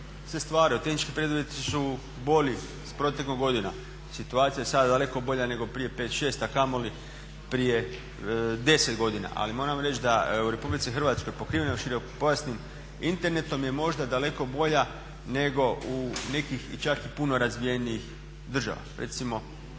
se stvaraju, tehnički preduvjeti su bolji s protekom godina. situacija je sada daleko bolja nego prije 5, 6, a kamoli prije 10 godina, ali moram reći da je u RH pokriveno širokopojasnim internetom je možda daleko bolja nego u nekih čak i puno razvijenijih država,